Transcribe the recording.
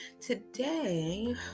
Today